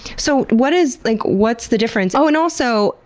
so what is, like, what's the difference? oh! and also,